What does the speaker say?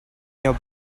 your